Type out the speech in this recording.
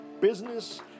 business